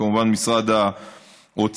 כמובן משרד האוצר,